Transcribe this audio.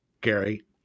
Gary